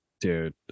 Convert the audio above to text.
dude